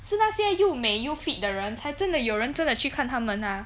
是那些又美又 fit 的人才真的有人真的去看他们 ah